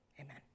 Amen